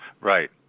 Right